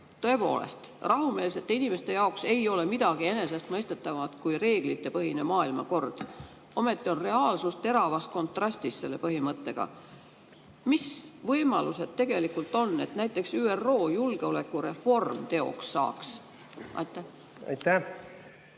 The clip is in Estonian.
Tõepoolest, rahumeelsete inimeste jaoks ei ole midagi enesestmõistetavamat kui reeglitepõhine maailmakord. Ometi on reaalsus teravas kontrastis selle põhimõttega. Mis võimalused tegelikult on, et näiteks ÜRO julgeolekureform teoks saaks? Aitäh,